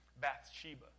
Bathsheba